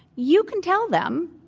you can t ell them,